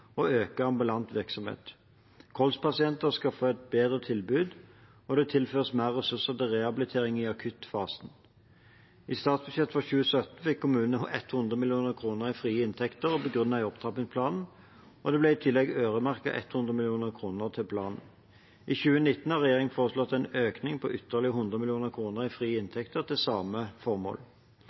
øke ambulant virksomhet. Kolspasienter skal få et bedre tilbud, og det tilføres mer ressurser til rehabilitering i akuttfasen. I statsbudsjettet for 2017 fikk kommunene 100 mill. kr i frie inntekter, begrunnet i opptrappingsplanen, og det ble i tillegg øremerket 100 mill. kr til planen. I 2019 har regjeringen foreslått en økning på ytterligere 100 mill. kr i frie inntekter til samme formål.